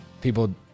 people